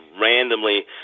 randomly